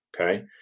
Okay